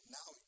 now